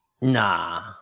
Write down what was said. Nah